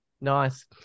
Nice